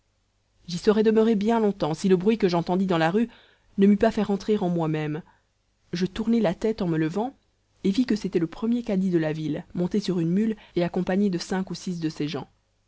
j'y serais demeuré bien longtemps si le bruit que j'entendis dans la rue ne m'eût pas fait rentrer en moi-même je tournai la tête en me levant et vis que c'était le premier cadi de la ville monté sur une mule et accompagné de cinq ou six de ses gens